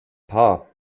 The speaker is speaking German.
paar